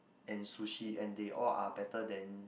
and sushi and they all are better than